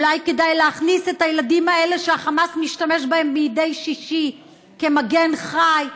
אולי כדאי להכניס את הילדים האלה שהחמאס משתמש בהם מדי שישי כמגן חי?